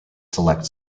select